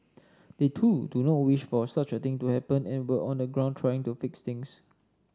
they too do not wish for such a thing to happen and were on the ground trying to fix things